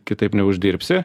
kitaip neuždirbsi